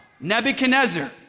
Nebuchadnezzar